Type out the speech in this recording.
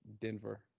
Denver